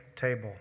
table